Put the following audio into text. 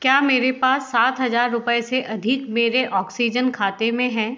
क्या मेरे पास सात हजार रुपये से अधिक मेरे ऑक्सीजन खाते में हैं